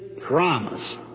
promise